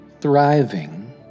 thriving